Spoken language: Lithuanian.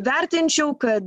vertinčiau kad